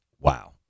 Wow